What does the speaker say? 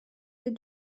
est